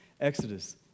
Exodus